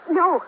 no